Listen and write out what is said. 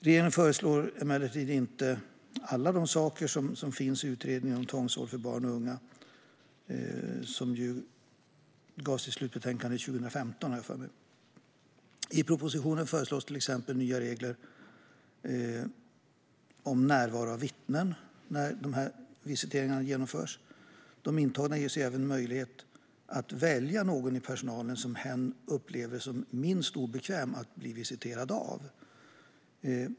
Regeringen föreslår emellertid inte alla de saker som tas upp av utredningen om tvångsvård för barn och unga, som jag har för mig lämnade sitt slutbetänkande 2015. I propositionen föreslås till exempel nya regler om närvaro av vittne när visitering genomförs. Den intagna ges även möjlighet att välja någon i personalen som hen upplever som minst obekväm att bli visiterad av.